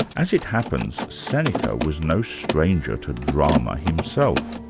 as it happens, seneca was no stranger to drama himself.